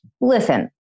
listen